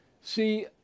See